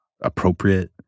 appropriate